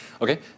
Okay